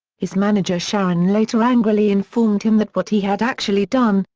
his manager sharon later angrily informed him that what he had actually done,